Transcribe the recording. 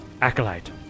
Acolyte